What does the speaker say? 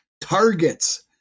targets